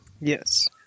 Yes